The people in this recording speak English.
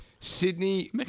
Sydney